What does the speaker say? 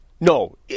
no